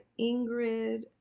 Ingrid